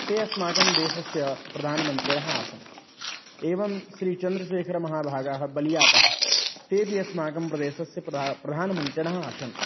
ते अस्माकं देशस्य प्रधानमन्त्रिणः आसन् एवं श्रीचन्द्रसेखर् महाभागः बलीयातः ते अपि अस्माकं प्रदेशस्य प्रधानमन्त्रिणः आसन्